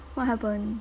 what happened